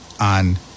on